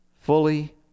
fully